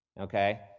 okay